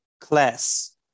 class